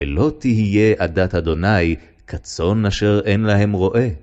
ולא תהיה עדת ה' כצאן אשר אין להם רועה.